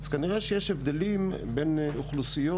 אז, כנראה, יש הבדלים בין אוכלוסיות.